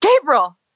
Gabriel